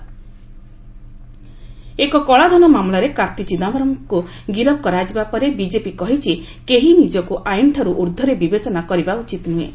BJP Chidambaram ଏକ କଳାଧନ ମାମଲାରେ କାର୍ତ୍ତି ଚିଦାୟରମ୍ଙ୍କୁ ଗିରଫ କରାଯିବା ପରେ ବିଜେପି କହିଛି କେହି ନିଜକୁ ଆଇନଠାରୁ ଊର୍ଦ୍ଧରେ ବିବେଚନା କରିବା ଉଚିତ ନୁହେଁ